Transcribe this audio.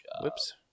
Whoops